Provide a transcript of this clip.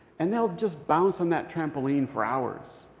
and they'll just bounce on that trampoline for hours.